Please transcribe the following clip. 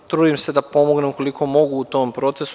Trudim se da pomognem koliko mogu u tom procesu.